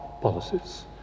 policies